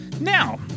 Now